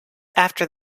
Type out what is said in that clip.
after